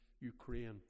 Ukraine